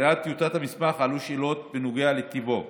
מקריאת טיוטת המסמך עלו שאלות בנוגע לטיבו,